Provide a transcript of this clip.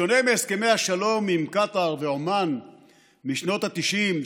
בשונה מהסכמי השלום עם קטאר ועומאן משנות התשעים,